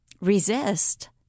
resist